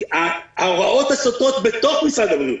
ההוראות הסותרות בתוך משרד הבריאות,